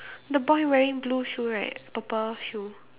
the boy wearing blue shoe right purple shoe